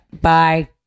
Bye